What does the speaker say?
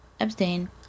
Abstain